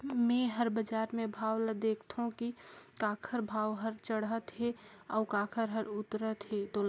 मे हर बाजार मे भाव ल देखथों जी काखर भाव हर चड़हत हे अउ काखर हर उतरत हे तोला